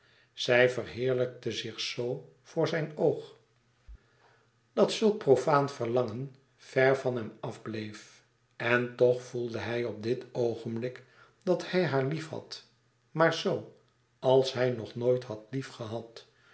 zij verheerlijkte zich z voor zijn oog dat zulk profaan verlangen ver van hem af bleef en toch voelde hij op dit oogenblik dat hij haar liefhad maar z als hij nog nooit had